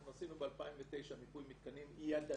אנחנו עשינו ב-2009 מיפוי מתקנים ידני,